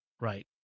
right